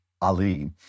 Ali